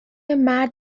مرد